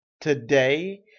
today